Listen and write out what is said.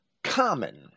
common